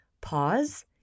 pause